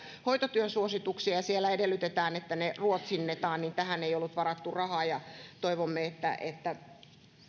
hoitotyön suosituksia ja siellä edellytetään että ne ruotsinnetaan niin tähän ei ollut varattu rahaa toivomme että että